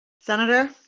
Senator